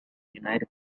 united